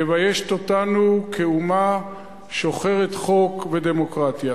מביישת אותנו כאומה שוחרת חוק ודמוקרטיה.